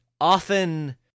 often